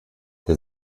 der